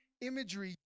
imagery